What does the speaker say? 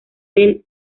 del